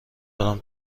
دارم